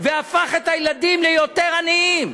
והפך את הילדים ליותר עניים.